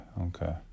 okay